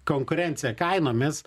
konkurencija kainomis